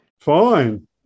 Fine